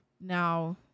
now